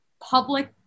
public